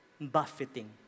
buffeting